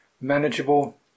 manageable